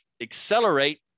accelerate